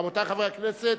רבותי חברי הכנסת,